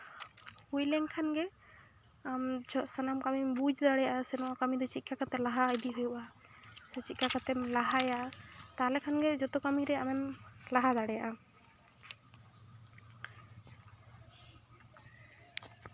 ᱦᱩᱭᱞᱮᱱ ᱠᱷᱟᱱ ᱜᱮ ᱟᱢ ᱥᱟᱱᱟᱢ ᱠᱟᱹᱢᱤᱢ ᱵᱩᱡᱽ ᱫᱟᱲᱮᱭᱟᱜᱼᱟ ᱥᱮ ᱱᱚᱣᱟ ᱠᱟᱹᱢᱤ ᱫᱚ ᱪᱮᱫᱞᱮᱠᱟ ᱠᱟᱛᱮ ᱞᱟᱦᱟ ᱤᱫᱤ ᱦᱩᱭᱩᱜᱼᱟ ᱥᱮ ᱪᱮᱫ ᱞᱮᱠᱟ ᱠᱟᱛᱮᱢ ᱞᱟᱦᱟᱭᱟ ᱛᱟᱦᱚᱞᱮ ᱠᱷᱟᱱᱜᱮ ᱡᱚᱛᱚ ᱠᱟᱹᱢᱤ ᱨᱮ ᱟᱢᱮᱢ ᱞᱟᱦᱟ ᱫᱟᱲᱮᱭᱟᱜᱼᱟ